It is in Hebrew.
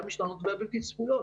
המשתנות והבלתי צפויות,